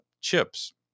chips